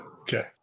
Okay